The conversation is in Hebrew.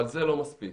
אבל זה לא מספיק.